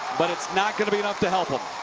but it's not going to be enough to help him.